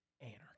Anarchy